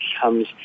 comes